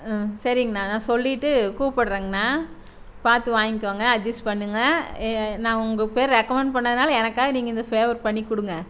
ம் சரிங்ண்ணா நான் சொல்லிட்டு கூப்பிட்றேங்ண்ணா பார்த்து வாங்கிக்கோங்க அட்ஜஸ் பண்ணுங்க நான் உங்கள் பேரை ரெகமெண்ட் பண்ணிணதுனால எனக்காக நீங்கள் இந்த ஃபேவர் பண்ணி கொடுங்க